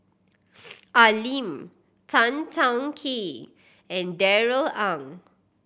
Al Lim Tan Teng Kee and Darrell Ang